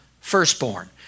firstborn